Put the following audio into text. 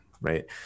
right